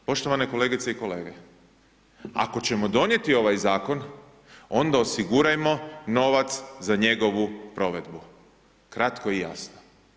Poštovane kolegice i kolege ako ćemo donijeti ovaj zakon onda osigurajmo novac za njegovu provedbu, kratko i jasno.